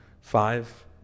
five